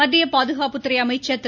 மத்திய பாதுகாப்புத்துறை அமைச்சர் திரு